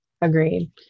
agreed